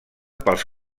pels